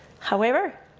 however,